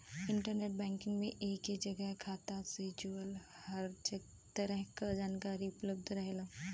internet banking में एक ही जगह खाता से जुड़ल हर तरह क जानकारी उपलब्ध रहेला